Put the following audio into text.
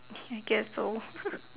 K guess so